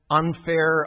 unfair